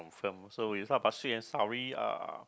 so it's not about sweet and savoury uh